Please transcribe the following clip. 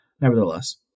nevertheless